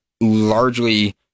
largely